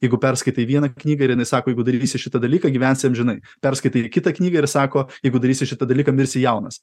jeigu perskaitai vieną knygą ir inai sako jeigu darysi šitą dalyką gyvensi amžinai perskaitai kitą knygą ir sako jeigu darysi šitą dalyką mirsi jaunas